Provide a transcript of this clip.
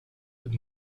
with